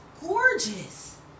gorgeous